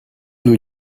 nous